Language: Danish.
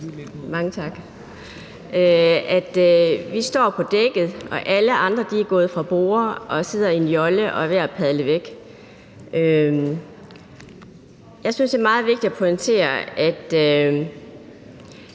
som om vi står på dækket og alle andre er gået fra borde og sidder i en jolle og er ved at padle væk. Jeg synes, det er meget vigtigt at pointere, at